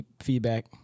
feedback